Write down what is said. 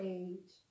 age